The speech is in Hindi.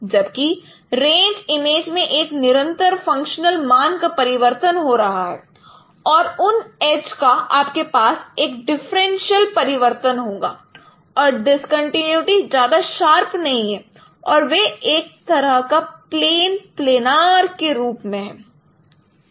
जबकि रेंज इमेज में एक निरंतर फंक्शनल मान का परिवर्तन हो रहा है और उन एज का आपके पास एक डिफरेंटशियल परिवर्तन होगा और डिस्कंटीन्यूटी ज्यादा शार्प नहीं है और वह एक तरह का प्लेन प्लेनर के रूप में है